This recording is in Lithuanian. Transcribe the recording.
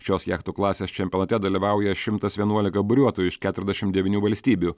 šios jachtų klasės čempionate dalyvauja šimtas vienuolika buriuotojų iš keturiasdešim devynių valstybių